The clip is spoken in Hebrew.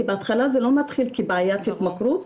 כי בהתחלה זה לא מתחיל כבעיית התמכרות,